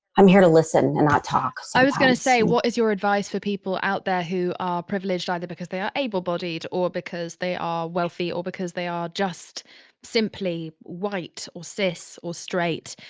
i'm here to listen, not talk sometimes so i was going to say, what is your advice for people out there who are privileged either because they are able-bodied or because they are wealthy or because they are just simply white or cis or straight